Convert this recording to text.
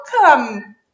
welcome